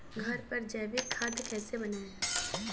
घर पर जैविक खाद कैसे बनाएँ?